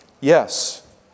Yes